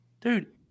Dude